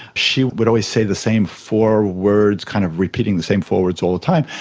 she would always say the same four words, kind of repeating the same four words all the time,